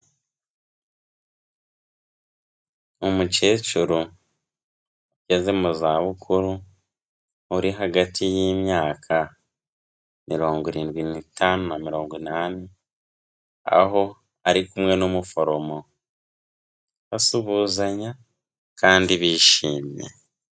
Umukecuru ugeze mu zabukuru, uri hagati y'imyaka mirongo irindwi n'itanu na mirongo inani, aho ari kumwe n'umuforomo basuhuzanya kandi bishimye.